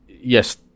yes